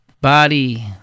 body